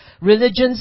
religions